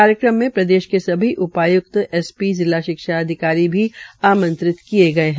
कार्यक्रम में प्रदेश के सभी उपाय्क्त एस पी जिला शिक्षा अधिकारी भी आंमत्रित किये गये है